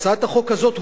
הצעת החוק הזאת,